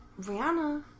Rihanna